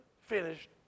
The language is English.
Finished